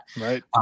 Right